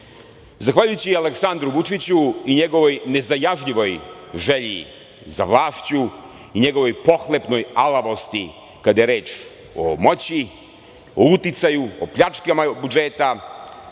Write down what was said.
Srbije. Zahvaljujući Aleksandru Vučiću i njegovoj nezajažljivoj želji za vlašću i njegovoj pohlepnoj alavosti kada je reč o moći, o uticaju, o pljačkama budžeta,